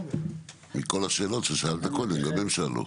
מכל השאלות ששאלת קודם, גם הם שאלו.